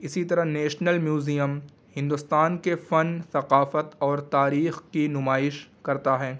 اسی طرح national museum Hindustan کے فن ثقافت اور تاریخ کی نمائش کرتا ہیں